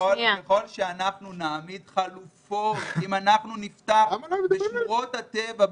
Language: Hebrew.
ככל שאנחנו נעמיד חלופות נפתח בשמורות הטבע,